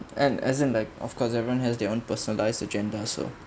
and as in like of course everyone has their own personalized agenda so